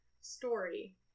story